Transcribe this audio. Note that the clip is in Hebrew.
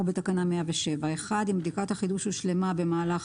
בתקנה 107 אם בדיקת החידוש הושלמה במהלך